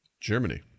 Germany